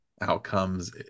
outcomes